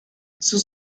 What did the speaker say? sus